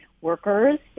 workers